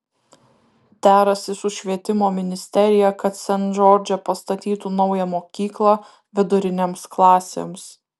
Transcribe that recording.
derasi su švietimo ministerija kad sent džordže pastatytų naują mokyklą vidurinėms klasėms